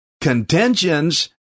Contentions